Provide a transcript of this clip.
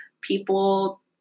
people